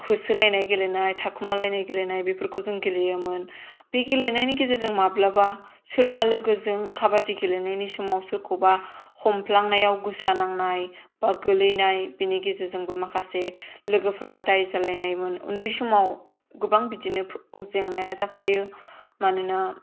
होसोलायनाय गेलेनाय थाखुमालायनाय गेलेनाय बेफोरखौ जों गेलेयोमोन बे गेलेनायनि गेजेरजों माब्लाबा सोरबा लोगोजों काबादि गेलेनायनि समाव सोरखौबा हमफ्लांनायाव गोसा नांनाय बा गोलैनाय बेनि गेजेरजोंबो माखासे लोगोफोरा दाय जालायनायमोन उन्दै समाव गोबां बिदिनो जेंनाया जाखायो मानोना